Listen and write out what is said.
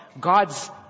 God's